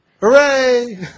Hooray